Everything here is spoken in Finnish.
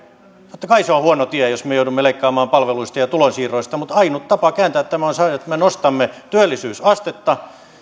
totta kai se on huono tie jos me joudumme leikkaamaan palveluista ja ja tulonsiirroista mutta ainut tapa kääntää tämä on se että me nostamme työllisyysastetta